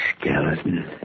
skeleton